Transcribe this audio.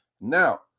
Now